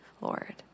Lord